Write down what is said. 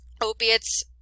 opiates